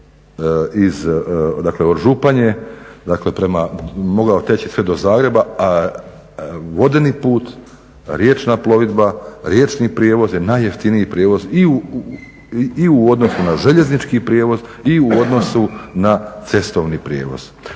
iz Županje mogao teći sve do Zagreba, a vodeni put, riječna plovidba, riječni prijevoz je najjeftiniji prijevoz i u odnosu na željeznički prijevoz i u odnosu na cestovni prijevoz.